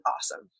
awesome